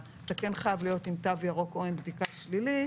אתה כן חייב להיות עם תו ירוק או עם בדיקה שלילית